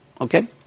Okay